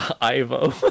ivo